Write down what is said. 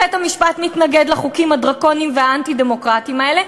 בית-המשפט מתנגד לחוקים הדרקוניים והאנטי-הדמוקרטיים האלה.